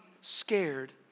scared